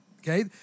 okay